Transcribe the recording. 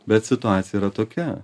bet situacija yra tokia